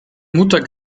mutter